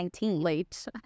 late